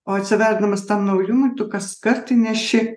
o atsiverdamas tam naujumui tu kaskart įneši